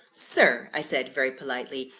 sir, i said very politely,